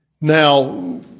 Now